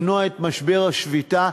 למנוע את משבר השביתה,